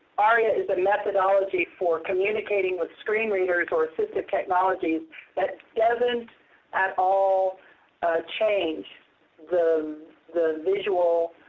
aria is a methodology for communicating with screen readers or assistive technologies that doesn't at all change the the visual